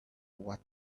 what